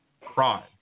crime